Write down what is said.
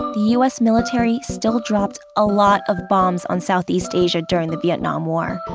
the u s. military still dropped a lot of bombs on southeast asia during the vietnam war.